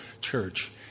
church